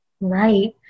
right